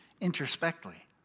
introspectively